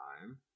time